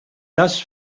das